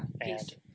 peace